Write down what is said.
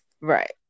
Right